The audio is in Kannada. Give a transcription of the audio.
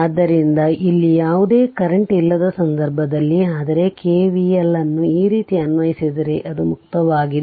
ಆದ್ದರಿಂದ ಇಲ್ಲಿ ಯಾವುದೇ ಕರೆಂಟ್ ಇಲ್ಲದ ಸಂದರ್ಭದಲ್ಲಿ ಆದರೆ ಕೆವಿಎಲ್ ಅನ್ನು ಈ ರೀತಿ ಅನ್ವಯಿಸಿದರೆ ಅದು ಮುಕ್ತವಾಗಿದೆ